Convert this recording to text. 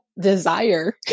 desire